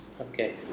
Okay